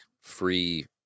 free